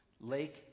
Lake